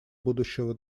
будущего